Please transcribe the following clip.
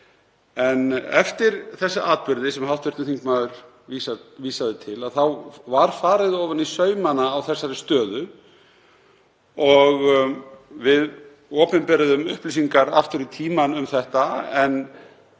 Eftir þá atburði sem hv. þingmaður vísaði til var farið ofan í saumana á þessari stöðu og við opinberuðum upplýsingar aftur í tímann um þetta, en